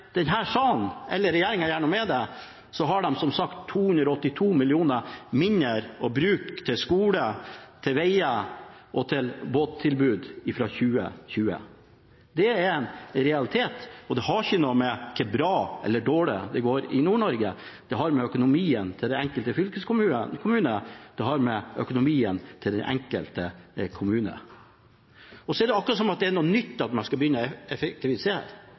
salen eller regjeringen gjør noe med det, så har de, som sagt, 282 mill. kr mindre å bruke til skole, veier og båtsamband fra 2020. Det er en realitet, og det har ikke noe å gjøre med hvor bra eller dårlig det går i Nord-Norge. Det har med økonomien til den enkelte fylkeskommune og den enkelte kommune å gjøre. Så er det akkurat som om det er noe nytt at man skal begynne å effektivisere.